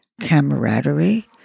camaraderie